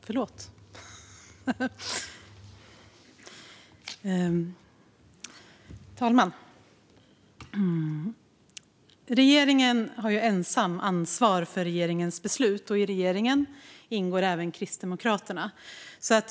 Fru talman! Regeringen har ensamt ansvar för regeringens beslut. I regeringen ingår även Kristdemokraterna.